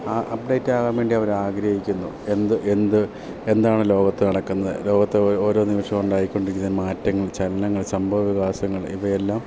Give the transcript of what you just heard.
ആ അപ്ഡേറ്റ് ആകാൻ വേണ്ടി അവർ ആഗ്രഹിക്കുന്നു എന്ത് എന്ത് എന്താണ് ലോകത്ത് നടക്കുന്നത് ലോകത്ത് ഓരോ നിമിഷം ഉണ്ടായിക്കൊണ്ടിരിക്കുന്ന മാറ്റങ്ങൾ ചലനങ്ങൾ സംഭവ വികാസങ്ങൾ ഇവയെല്ലാം